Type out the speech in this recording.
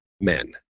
men